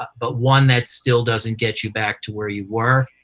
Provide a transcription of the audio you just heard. but one that still doesn't get you back to where you were.